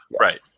Right